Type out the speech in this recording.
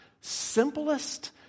simplest